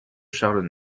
charles